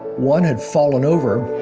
one had fallen over,